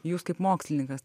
jūs kaip mokslininkas